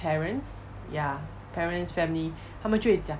parents ya parents family 他们就会讲